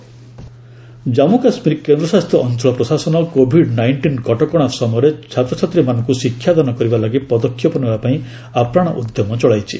JK AIR DD କେନ୍ଦ ଜାମ୍ମୁ କାଶ୍ମୀର କେନ୍ଦ୍ରଶାସିତ ଅଞ୍ଚଳ ପ୍ରଶାସନ କୋଭିଡ୍ ନାଇଷ୍ଟିନ୍ କଟକଣା ସମୟରେ ଛାତ୍ରଛାତ୍ରୀମାନଙ୍କୁ ଶିକ୍ଷାଦାନ କରିବା ଲାଗି ପଦକ୍ଷେପ ନେବା ପାଇଁ ଆପ୍ରାଣ ଉଦ୍ୟମ ଚଳାଇଛି